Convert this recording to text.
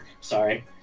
sorry